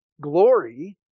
glory